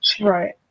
Right